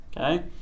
okay